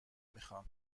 میخام